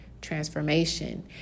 transformation